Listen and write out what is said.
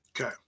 Okay